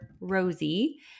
Rosie